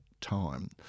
time